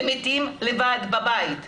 ומתים לבד בבית.